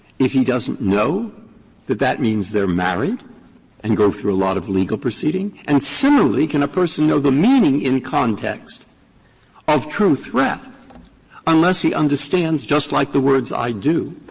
if he doesn't know that that means they're married and go through a lot of legal proceeding? and similarly, can a person know the meaning in context of true threat unless he understands, just like the words i do,